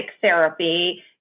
therapy